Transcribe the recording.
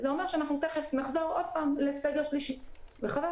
וזה אומר שאנחנו תיכף נחזור עוד פעם לסגר שלישי וחבל.